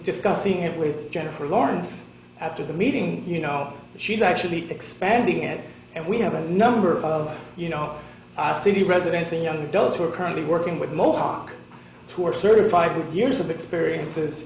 discussing it with jennifer lawrence after the meeting you know she's actually expanding it and we have a number of you know city residents and young adults who are currently working with mohawk who are serving five years of experiences